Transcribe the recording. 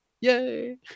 Yay